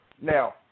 Now